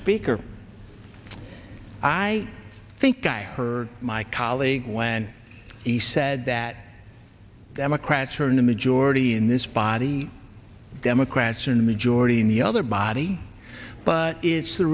speaker i think i heard my colleague when he said that democrats are in the majority in this body democrats are in the majority in the other body but it's the